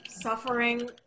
suffering